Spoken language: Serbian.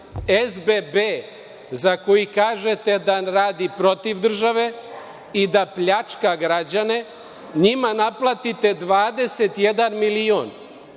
SBB, za koji kažete da radi protiv države i da pljačka građane, njima naplatite 21 milion,